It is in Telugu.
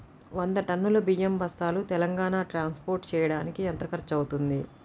వంద టన్నులు బియ్యం బస్తాలు తెలంగాణ ట్రాస్పోర్ట్ చేయటానికి కి ఎంత ఖర్చు అవుతుంది?